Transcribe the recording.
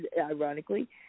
ironically